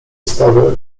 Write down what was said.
ustawy